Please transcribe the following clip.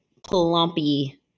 plumpy